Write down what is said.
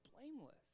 blameless